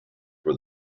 for